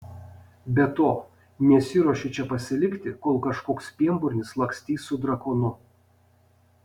be to nesiruošiu čia pasilikti kol kažkoks pienburnis lakstys su drakonu